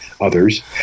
others